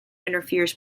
interferes